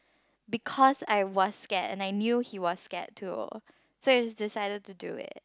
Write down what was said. because I was scared and I knew he was scared too so we just decided to do it